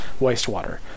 wastewater